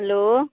hello